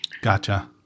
gotcha